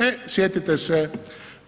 E sjetite se